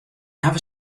hawwe